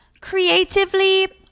creatively